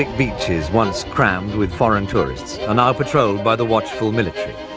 like beaches once crammed with foreign tourists are now patrolled by the watchful military.